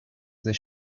this